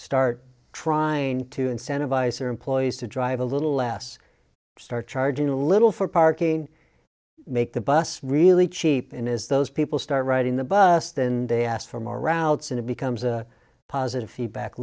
start trying to incentivize her employees to drive a little less start charging a little for parking make the bus really cheap in is those people start riding the bus then they ask for more routes and it becomes a positive feedback